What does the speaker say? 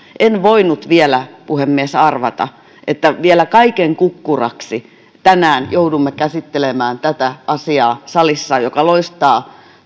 en voinut vielä puhemies arvata että vielä kaiken kukkuraksi tänään joudumme käsittelemään tätä asiaa salissa joka loistaa